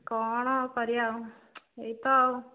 କ'ଣ କରିବା ଆଉ ଏଇ ତ ଆଉ